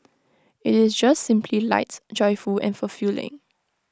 IT is just simply lights joyful and fulfilling